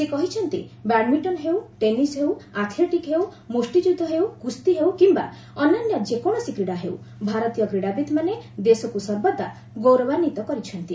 ସେ କହିଛନ୍ତି ବ୍ୟାଡ୍ମିଣ୍ଟନ ହେଉ ଟେନିସ୍ ହେଉ ଆଥଲେଟିକ୍ ହେଉ ମୁଷ୍ଟିଯୁଦ୍ଧ ହେଉ କୁସ୍ତି ହେଉ କିମ୍ବା ଅନ୍ୟାନ୍ୟ ଯେକୌଣସି କ୍ରୀଡ଼ା ହେଉ ଭାରତୀୟ କ୍ରୀଡ଼ାବିତ୍ମାନେ ଦେଶକୁ ସର୍ବଦା ଗୌରବାନ୍ୱିତ କରିଛନ୍ତି